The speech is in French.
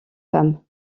femme